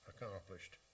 Accomplished